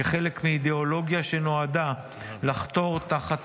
כחלק מאידיאולוגיה שנועדה לחתור תחת